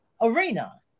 arena